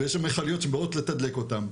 ויש שם מיכליות שבאות לתדלק אותם,